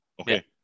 Okay